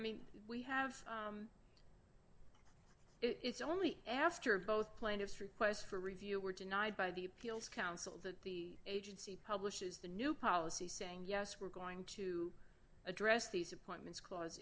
accurate we have it's only after both plaintiffs requests for review were denied by the appeals council that the agency publishes the new policy saying yes we're going to address these appointments cla